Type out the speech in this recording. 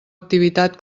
activitat